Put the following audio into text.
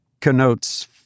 connotes